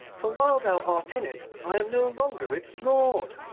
for while thou art in it i am no longer its lord.